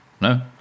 No